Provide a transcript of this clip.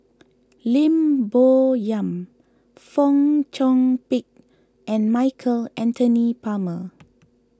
Lim Bo Yam Fong Chong Pik and Michael Anthony Palmer